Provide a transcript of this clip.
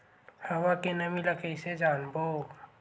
हवा के नमी ल कइसे जानबो?